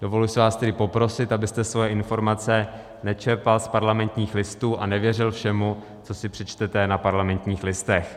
Dovoluji si vás tedy poprosit, abyste svoje informace nečerpal z Parlamentních listů a nevěřil všemu, co si přečtete na Parlamentních listech.